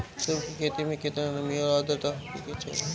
Mushroom की खेती में केतना नमी और आद्रता होखे के चाही?